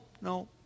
no